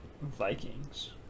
Vikings